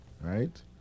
right